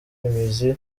imizi